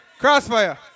Crossfire